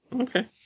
Okay